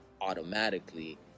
automatically